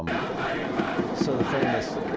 um so the famous